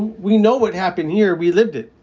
we know what happened here. we lived it.